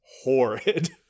horrid